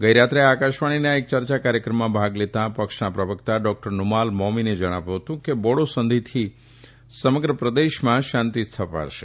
ગઇ રાત્રે આકાશવાણીના એક ચર્ચા કાર્યક્રમમાં ભાગ લેતાં પક્ષના પ્રવકતા ડોકટર નુમાલ મોમીને જણાવ્યું હતું કે બોડોસંધીથી સમગ્ર પ્રદેશમાં શાંતી સ્થપાશે